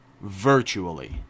virtually